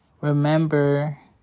remember